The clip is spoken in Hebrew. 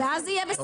ואז זה יהיה בסדר.